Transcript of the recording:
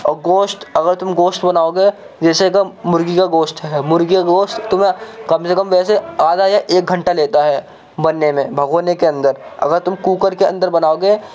اور گوشت اگر تم گوشت بناؤ گے جیسے کہ مرغی کا گوشت ہے مرغی کا گوشت تمہیں کم سے کم ویسے آدھا یا ایک گھنٹہ لیتا ہے بننے میں بھگونے کے اندر اگر تم کوکر کے اندر بناؤ گے